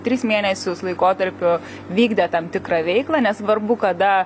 tris mėnesius laikotarpiu vykdė tam tikrą veiklą nesvarbu kada